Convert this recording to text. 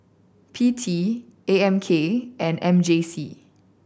P T A M K and M J C